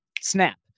Snap